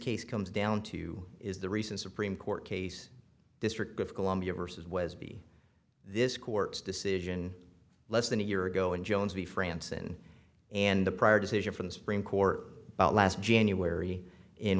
case comes down to is the recent supreme court case district of columbia versus was b this court's decision less than a year ago in jones we franson and the prior decision from the supreme court about last january in